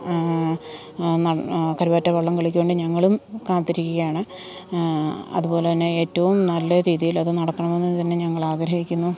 കരുവാറ്റാ വള്ളംകളിക്കുവേണ്ടി ഞങ്ങളും കാത്തിരിക്കുകയാണ് അതുപോലെ തന്നെ ഏറ്റവും നല്ല രീതിയിൽ അത് നടക്കണമെന്നു തന്നെ ഞങ്ങൾ ആഗ്രഹിക്കുന്നു